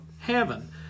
heaven